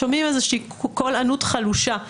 אנחנו שומעים איזה קול ענות חלושה.